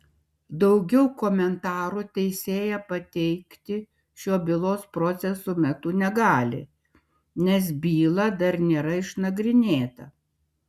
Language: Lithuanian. daugiau komentarų teisėja pateikti šiuo bylos proceso metu negali nes byla dar nėra išnagrinėta